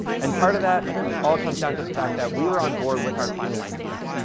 and part of that all comes down to the fact that we were on board with our final idea.